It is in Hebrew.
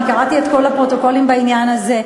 אני קראתי את כל הפרוטוקולים בעניין הזה.